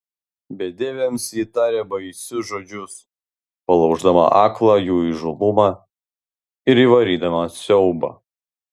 bedieviams ji tarė baisius žodžius palauždama aklą jų įžūlumą ir įvarydama siaubą